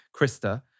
Krista